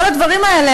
כל הדברים האלה,